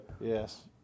Yes